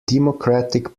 democratic